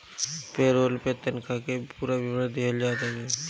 पे role में तनखा के पूरा विवरण दिहल जात हवे